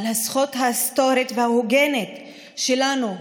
על הזכות ההיסטורית וההוגנת שלנו,